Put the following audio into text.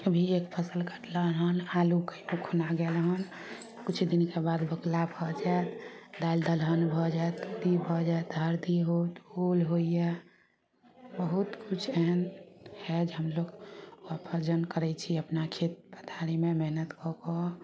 अभी एक फसल कटलइ हन आलू खुना गेलहन किछु दिनके बाद बकला भऽ जायत दालि दलहन भऽ जायत हरदी होत ओल होइए बहुत किछु एहन हइ जे हमलोग अर्जन करय छी अपना खेत पथारीमे मेहनत कऽ कऽ